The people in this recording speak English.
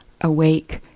awake